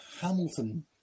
Hamilton